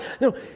no